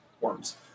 worms